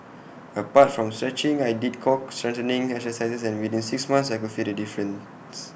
apart from stretching I did core strengthening exercises and within six months I could feel the difference